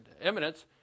eminence